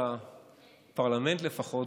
בפרלמנט לפחות,